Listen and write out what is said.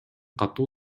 катуу